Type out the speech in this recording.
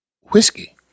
whiskey